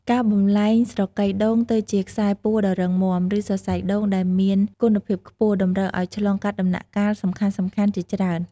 ការបំប្លែងស្រកីដូងទៅជាខ្សែពួរដ៏រឹងមាំ ឬសរសៃដូងដែលមានគុណភាពខ្ពស់ តម្រូវឱ្យឆ្លងកាត់ដំណាក់កាលសំខាន់ៗជាច្រើន។